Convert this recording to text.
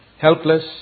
Helpless